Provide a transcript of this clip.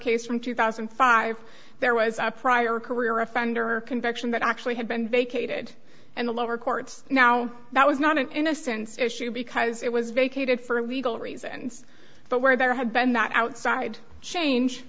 case from two thousand and five there was a prior career offender conviction that actually had been vacated and the lower courts now that was not an innocence issue because it was vacated for legal reasons but where there had been that outside change